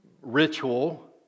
Ritual